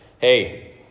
hey